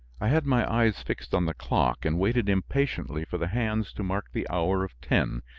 i had my eyes fixed on the clock and waited impatiently for the hands to mark the hour of ten.